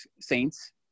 Saints